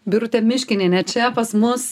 birutė miškinienė čia pas mus